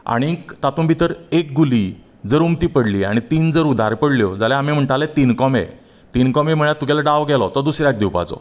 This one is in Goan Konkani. आनीक तातूंत भितर एक गुली जर उमथी पडली आनी तीन जर उधारी पडल्यो जाल्यार आमी म्हणटाले तीन कोंबें तीन कोंबें म्हळ्यार तुगेलो डाव गेलो तो दुसऱ्याक दिवपाचो